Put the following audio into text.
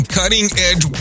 cutting-edge